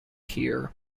here